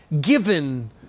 given